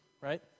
right